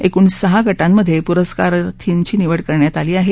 कूण सहा गटांमध्ये पुरस्कारार्थिंची निवड करण्यात आली आहे